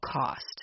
cost